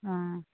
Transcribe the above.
অ